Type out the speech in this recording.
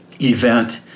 event